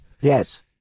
Yes